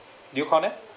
do you call them